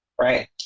right